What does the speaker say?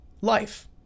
life